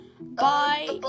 bye